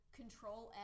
control